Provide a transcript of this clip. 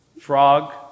Frog